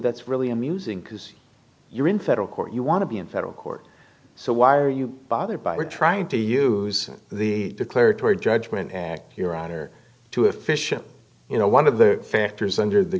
that's really amusing because you're in federal court you want to be in federal court so why are you bothered by trying to use the declaratory judgment your honor to efficient you know one of the factors under the